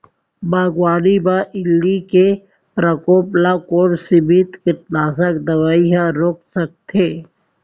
बागवानी म इल्ली के प्रकोप ल कोन सीमित कीटनाशक दवई ह रोक सकथे?